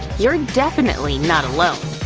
you're definitely not alone.